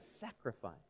sacrifice